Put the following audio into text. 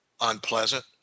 unpleasant